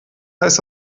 heißt